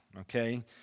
Okay